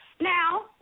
Now